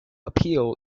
appeal